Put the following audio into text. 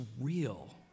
real